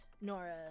Nora